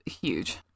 huge